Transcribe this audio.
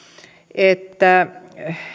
että